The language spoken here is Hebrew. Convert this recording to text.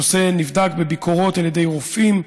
הנושא נבדק בביקורות על ידי רופאים,